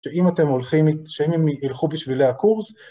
שאם אתם הולכים, שאם הם ילכו בשבילי הקורס.